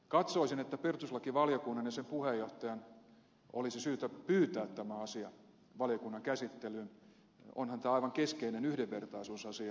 katsoisin että perustuslakivaliokunnan ja sen puheenjohtajan olisi syytä pyytää tämä asia valiokunnan käsittelyyn onhan tämä aivan keskeinen yhdenvertaisuusasia